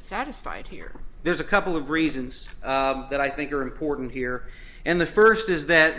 satisfied here there's a couple of reasons that i think are important here and the first is that